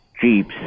Jeeps